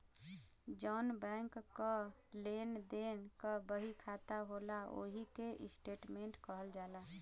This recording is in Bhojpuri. जौन बैंक क लेन देन क बहिखाता होला ओही के स्टेट्मेंट कहल जाला